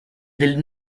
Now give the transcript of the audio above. del